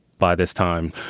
by this time.